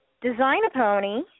design-a-pony